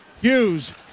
Hughes